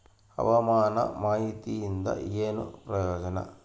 ಹವಾಮಾನ ಮಾಹಿತಿಯಿಂದ ಏನು ಪ್ರಯೋಜನ?